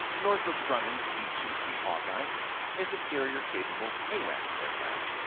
northrop grumman's e two c hawkeye is a carrier-capable awacs aircraft.